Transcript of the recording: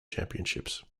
championships